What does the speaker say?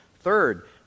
Third